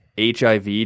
HIV